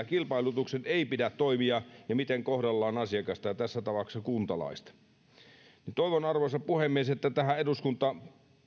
kilpailutuksen ei pidä toimia ja miten asiakasta tässä tapauksessa kuntalaista kohdellaan toivon arvoisa puhemies että eduskunta